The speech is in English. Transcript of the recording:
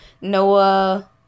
Noah